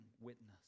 witness